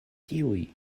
tiuj